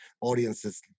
audiences